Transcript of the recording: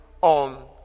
on